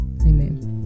Amen